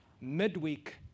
midweek